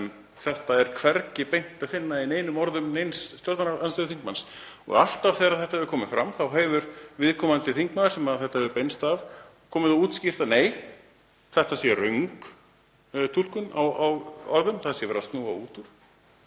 Þetta er hvergi beint að finna í neinum orðum neins stjórnarandstöðuþingmanns. Alltaf þegar þetta hefur komið fram hefur viðkomandi þingmaður sem þetta hefur beinst að komið og útskýrt: Nei, þetta er röng túlkun á orðum. Verið er að snúa út